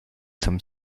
some